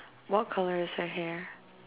what colour is her hair